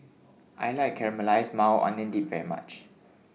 I like Caramelized Maui Onion Dip very much